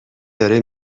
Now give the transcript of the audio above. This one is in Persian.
داره